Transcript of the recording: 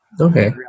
Okay